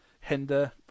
hinder